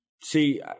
See